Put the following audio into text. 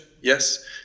yes